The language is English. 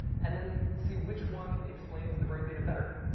and then see which one explains the brain data better.